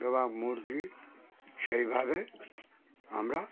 এবং মুরগি সেইভাবে আমরা